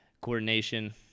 coordination